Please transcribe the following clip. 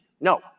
no